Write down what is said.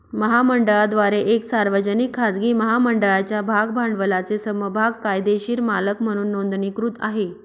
महामंडळाद्वारे एक सार्वजनिक, खाजगी महामंडळाच्या भाग भांडवलाचे समभाग कायदेशीर मालक म्हणून नोंदणीकृत आहे